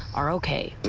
are okay